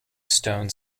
stone